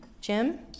Jim